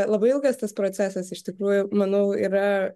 labai ilgas tas procesas iš tikrųjų manau yra